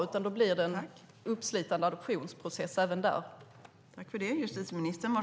I stället blir det en uppslitande adoptionsprocess även där.